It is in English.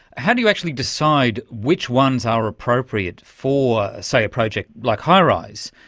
how do you actually decide which ones are appropriate for, say, a project like highrise?